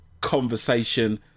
conversation